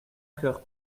cœur